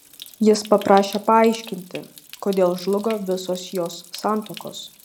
jis paprašė paaiškinti kodėl žlugo visos jos santuokos